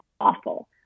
awful